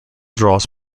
draws